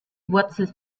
wurzel